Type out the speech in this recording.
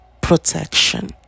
protection